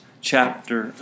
chapter